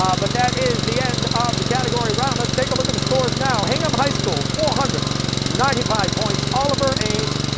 um but that is the end of the category round. let's take a look at the scores now hingham high school, four hundred and ninety five points, oliver ames,